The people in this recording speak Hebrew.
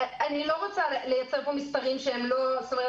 אני לא רוצה לציין פה מספרים לא מוסמכים.